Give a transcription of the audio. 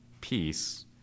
peace